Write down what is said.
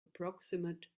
approximate